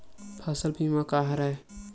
फसल बीमा का हरय?